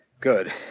Good